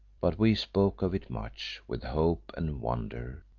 but we spoke of it much with hope and wonder,